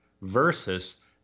versus